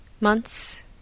Months